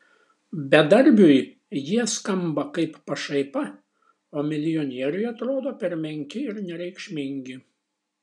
bedarbiui jie skamba kaip pašaipa o milijonieriui atrodo per menki ir nereikšmingi